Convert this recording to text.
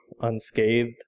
unscathed